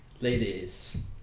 ladies